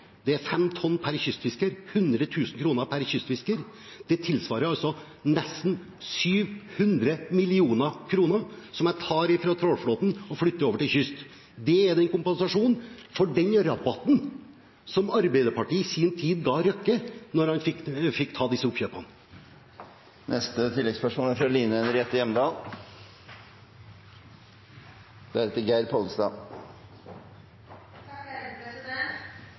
er 15 tonn per kystfisker, 100 000 kr per kystfisker. Det tilsvarer nesten 700 mill. kr, som jeg tar fra trålerflåten og flytter over til kystfiskerne. Det er en kompensasjon for den rabatten som Arbeiderpartiet i sin tid ga Røkke da han fikk gjøre disse oppkjøpene. Line Henriette Hjemdal – til oppfølgingsspørsmål. Lofotfisket er